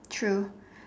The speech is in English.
true